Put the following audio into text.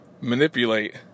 manipulate